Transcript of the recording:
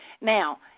Now